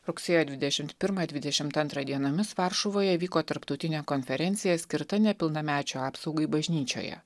rugsėjo dvidešimt pirmą dvidešimt antrą dienomis varšuvoje vyko tarptautinė konferencija skirta nepilnamečių apsaugai bažnyčioje